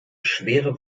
schwere